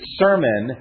sermon